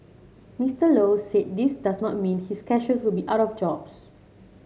Mister Low said this does not mean his cashiers will be out of jobs